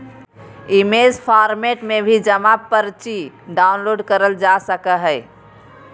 image format में भी जमा पर्ची डाउनलोड करल जा सकय हय